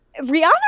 Rihanna